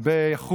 אשריך.